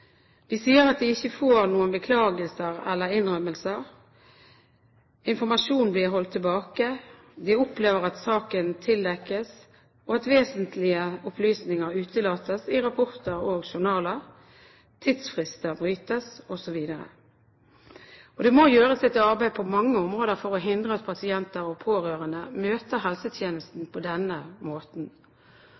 De sier at de ikke får noen beklagelser eller innrømmelser, informasjon blir holdt tilbake, de opplever at saken tildekkes og at vesentlige opplysninger utelates i rapporter og journaler, tidsfrister brytes osv. Det må gjøres et arbeid på mange områder for å hindre at pasienter og pårørende møter helsetjenesten på denne måten.